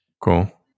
Cool